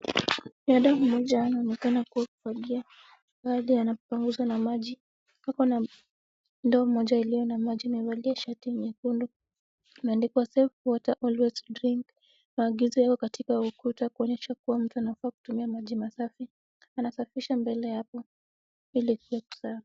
Dada mmoja anaonekana kuwa anafagia. Gari anapanguza na maji. Ako na ndoo moja iliyo na maji. Amevalia shati nyekundu, ameandikwa save water always drink . Maagizo yako katika ukuta kuonyesha kuwa mtu anafaa kutumia maji masafi. Anasafisha mbele hapo ili kuwe kusafi.